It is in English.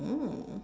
mm